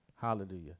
Hallelujah